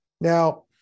Now